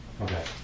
Okay